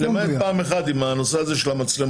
למעט פעם אחת עם הנושא של המצלמות,